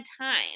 time